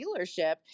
dealership